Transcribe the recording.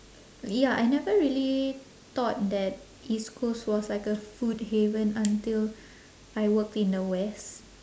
ya I never really thought that east coast was like a food haven until I worked in the west